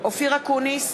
אופיר אקוניס,